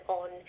on